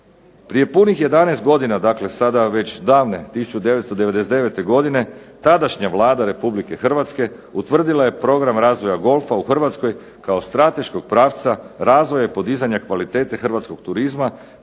Prije punih 11 godina, dakle sada već davne 1999. godine tadašnja Vlada Republike Hrvatske utvrdila je program razvoja golfa u Hrvatskoj kao strateškog pravca razvoja i podizanja kvalitete hrvatskog turizma,